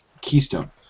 keystone